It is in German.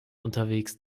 unterwegs